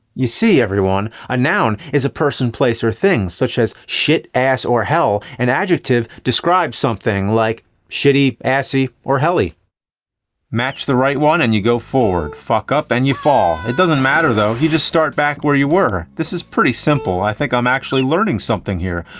you see, everyone, a noun is a person, place, or thing, such as shit, ass, or hell. an adjective describes something like shitty, assy, or helly match the right one and you go forward. fuck up, and you fall. it doesn't matter though. you just start back where you were. this is pretty simple. i think i'm actually learning something here.